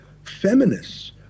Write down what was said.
feminists